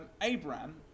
Abraham